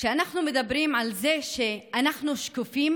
כשאנחנו מדברים על זה שאנחנו שקופים